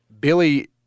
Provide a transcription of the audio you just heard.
Billy